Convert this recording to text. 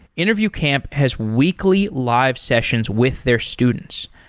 interview camp has weekly live sessions with their students.